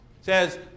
says